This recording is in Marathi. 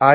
आय